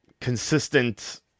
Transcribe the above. consistent